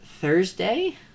Thursday